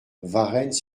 varennes